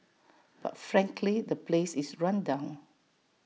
but frankly the place is run down